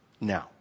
now